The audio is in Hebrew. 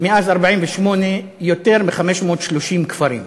מאז 1948 יותר מ-530 כפרים.